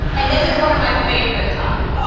and this is one of my favorite topics.